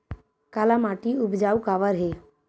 काला माटी उपजाऊ काबर हे?